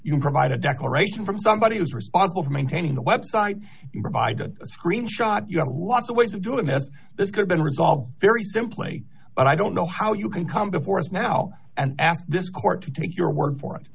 you provide a declaration from somebody who is responsible for maintaining the website you provided a screenshot you have lots of ways of doing has this could been resolved very simply but i don't know how you can come to force now and ask this court to take your word for it